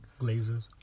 Glazers